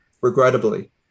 regrettably